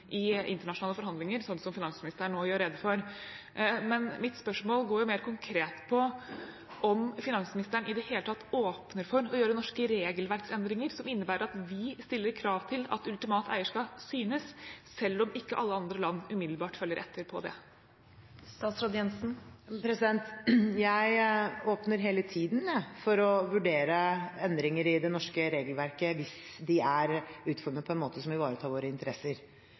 i internasjonale forhandlinger, sånn som finansministeren nå gjør rede for. Men mitt spørsmål går mer konkret på om finansministeren i det hele tatt åpner for å gjøre norske regelverksendringer som innebærer at vi stiller krav til at ultimat eierskap synes, selv om ikke alle andre land umiddelbart følger etter på det. Jeg åpner hele tiden for å vurdere endringer i det norske regelverket hvis de er utformet på en måte som ivaretar våre interesser.